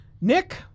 Nick